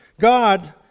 God